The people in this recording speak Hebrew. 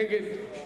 נגד,